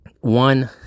One